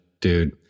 Dude